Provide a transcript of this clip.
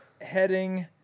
heading